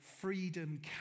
freedom